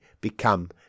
become